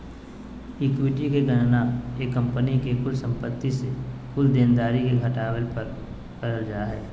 equity के गणना एक कंपनी के कुल संपत्ति से कुल देनदारी के घटावे पर करल जा हय